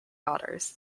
daughters